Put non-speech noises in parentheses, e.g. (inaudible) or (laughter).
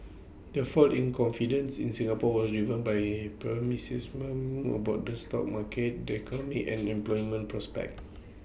the fall in confidence in Singapore was driven by pessimism about the stock market the (noise) economy and (noise) employment prospects